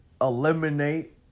eliminate